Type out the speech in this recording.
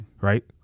Right